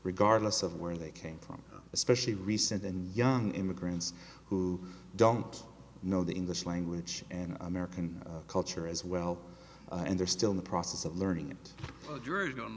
regardless of where they came from especially recent and young immigrants who don't know the english language and american culture as well and they're still in the process of learning